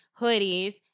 Hoodies